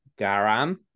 Garam